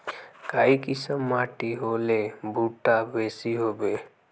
काई किसम माटी होले भुट्टा बेसी होबे?